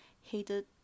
hated